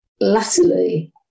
Latterly